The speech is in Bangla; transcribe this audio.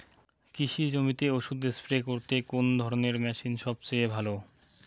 কৃষি জমিতে ওষুধ স্প্রে করতে কোন ধরণের মেশিন সবচেয়ে ভালো?